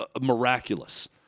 miraculous